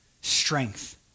Strength